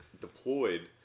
deployed